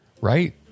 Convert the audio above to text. Right